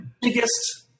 biggest